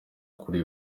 kuri